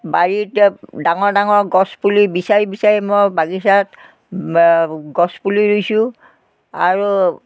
বাৰীত ডাঙৰ ডাঙৰ গছ পুলি বিচাৰি বিচাৰি মই বাগিচাত গছ পুলি ৰুইছোঁ আৰু